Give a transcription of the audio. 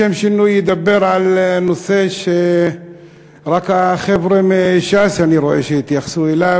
לשם שינוי אדבר על נושא שאני רואה שרק החבר'ה מש"ס התייחסו אליו,